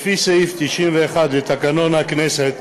לפי סעיף 91 לתקנון הכנסת,